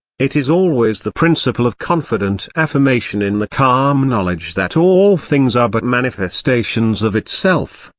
it is always the principle of confident affirmation in the calm knowledge that all things are but manifestations of itself,